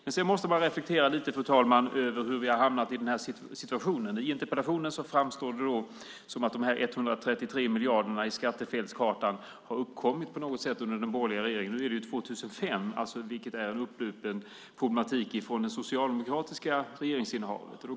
Men sedan måste man reflektera lite över hur vi har hamnat i den här situationen. I interpellationen framstår det som att de 133 miljarderna i skattefelskartan på något sätt har uppkommit under den borgerliga regeringen. De är från år 2005 och en upplupen problematik från det socialdemokratiska regeringsinnehavet.